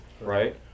Right